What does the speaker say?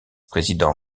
président